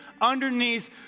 underneath